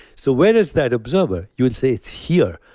so where is that observer? you would say it's here.